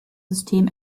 system